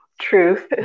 truth